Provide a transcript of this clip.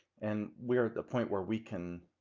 and we're at the point where we can